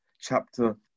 Chapter